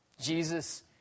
Jesus